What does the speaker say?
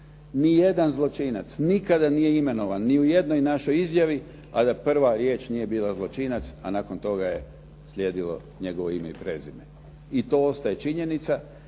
Ni jedan zločinac nikada nije imenovan ni u jednoj našoj izjavi, a da prva riječ nije bila zločinac, a nakon toga je slijedilo njegovo ime i prezime. I to ostaje činjenica.